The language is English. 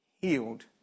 healed